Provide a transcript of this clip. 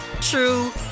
true